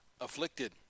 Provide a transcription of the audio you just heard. afflicted